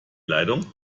leitung